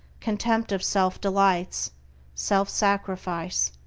contempt of sense-delights, self-sacrifice,